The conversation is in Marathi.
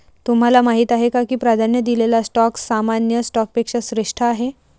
तुम्हाला माहीत आहे का की प्राधान्य दिलेला स्टॉक सामान्य स्टॉकपेक्षा श्रेष्ठ आहे?